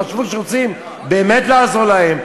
חשבו שרוצים באמת לעזור להם,